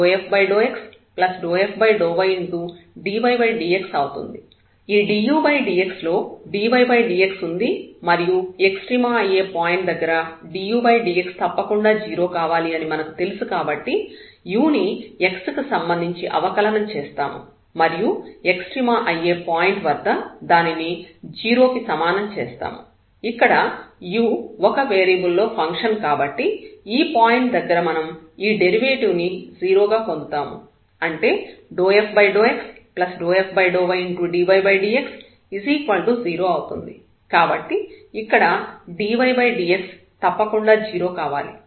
ఈ dudx లో dydx ఉంది మరియు ఎక్స్ట్రీమ అయ్యే పాయింట్ దగ్గర dudx తప్పకుండా 0 కావాలి అని మనకు తెలుసు కాబట్టి u ని x కి సంబంధించి అవకలనం చేస్తాము మరియు ఎక్స్ట్రీమ అయ్యే పాయింట్ వద్ద దానిని 0 కి సమానం చేస్తాము ఇక్కడ u ఒక వేరియబుల్ లో ఫంక్షన్ కాబట్టి ఈ పాయింట్ దగ్గర మనం ఈ డెరివేటివ్ ని 0 గా పొందుతాము అంటే ∂f∂x∂f∂ydydx 0 అవుతుంది కాబట్టి ఇక్కడ dydx తప్పకుండా 0 కావాలి